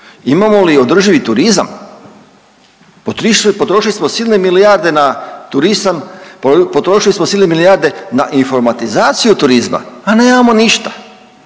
milijarde na turizam. Potrošili smo silne milijarde na informatizaciju turizma, a nemamo ništa.